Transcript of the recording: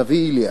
נבי איליה,